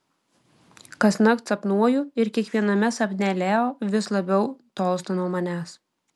kasnakt sapnuoju ir kiekviename sapne leo vis labiau tolsta nuo manęs